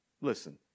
listen